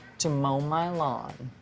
to mow my lawn.